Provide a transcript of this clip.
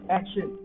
Action